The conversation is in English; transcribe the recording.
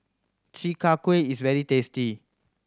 Chi Kak Kuih is very tasty